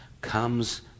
comes